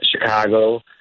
Chicago